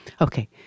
okay